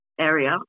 area